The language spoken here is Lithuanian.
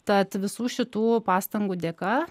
tad visų šitų pastangų dėka